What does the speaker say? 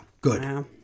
Good